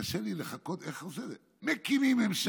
קשה לי לחקות איך הוא עושה את זה: מקימים ממשלה,